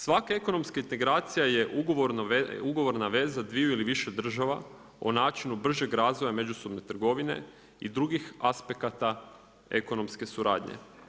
Svake ekonomska integracija je ugovorna veza dviju ili više država o način bržeg razvoja međusobne trgovine i drugi aspekata ekonomske suradnje.